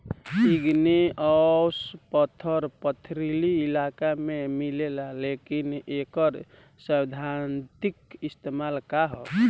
Igneous पत्थर पथरीली इलाका में मिलेला लेकिन एकर सैद्धांतिक इस्तेमाल का ह?